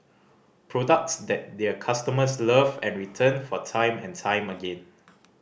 products that their customers love and return for time and time again